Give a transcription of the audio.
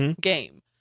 game